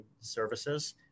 services